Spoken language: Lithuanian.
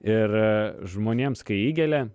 ir žmonėms kai įgelia